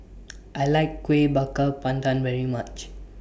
I like Kuih Bakar Pandan very much